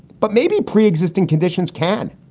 but maybe pre-existing conditions can.